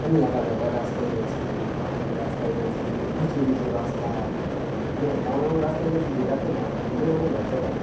আমি আঁকা বাঁকা রাস্তায় গেছি পাহাড়ি রাস্তায় গেছি উঁচু নিচু রাস্তা মানে এমন এমন রাস্তায় গিয়েছি যে রাস্তায় মানুষ গেলেই মানে লজ্জা পাবে